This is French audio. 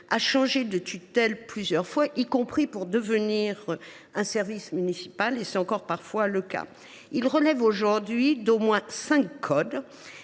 a changé de tutelle plusieurs fois, y compris pour devenir un service municipal – c’est d’ailleurs encore parfois le cas. Il relève aujourd’hui d’au moins cinq codes.